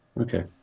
Okay